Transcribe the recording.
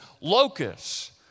locusts